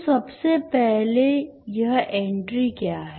तो सबसे पहले यह एंट्री क्या है